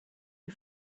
you